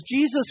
Jesus